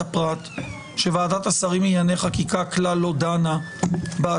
הפרט שוועדת השרים לענייני חקיקה כלל לא דנה בהצעה.